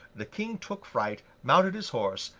the king took fright, mounted his horse,